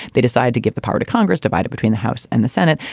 they decide to give the part of congress divided between the house and the senate.